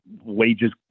wages